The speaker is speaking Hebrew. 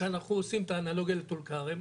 כאשר אנחנו עושים את האנלוגיה לטול כרם,